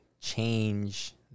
change